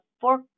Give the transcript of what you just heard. four